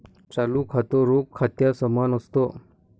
चालू खातं, रोख खात्या समान असत